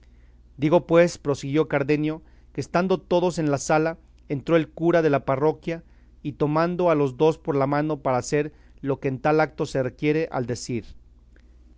digo pues prosiguió cardenio que estando todos en la sala entró el cura de la perroquia y tomando a los dos por la mano para hacer lo que en tal acto se requiere al decir